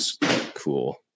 cool